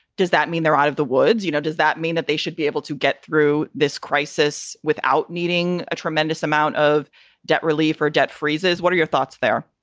does that mean they're out of the woods? you know, does that mean that they should be able to get through this crisis without needing a tremendous amount of debt relief or debt freezes? what are your thoughts there?